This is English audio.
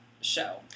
show